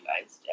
guys